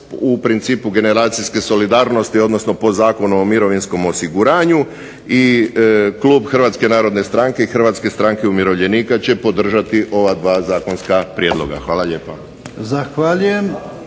u principu generacijske solidarnosti, odnosno po Zakonu o mirovinskom osiguranju i klub HNS-HSU-a će podržati ova dva zakonska prijedloga. Hvala lijepa.